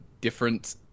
different